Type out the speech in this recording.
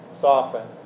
Soften